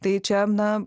tai čia na